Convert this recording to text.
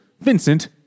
Vincent